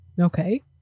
Okay